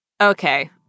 Okay